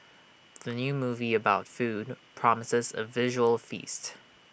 the new movie about food promises A visual feast